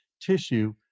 tissue